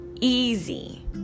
easy